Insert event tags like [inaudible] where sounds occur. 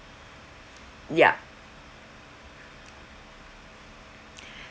ya [breath]